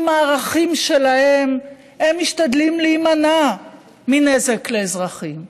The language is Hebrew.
עם הערכים שלהם הם משתדלים להימנע מנזק לאזרחים,